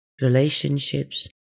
relationships